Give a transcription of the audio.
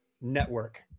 network